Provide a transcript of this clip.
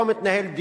היום התנהל דיון,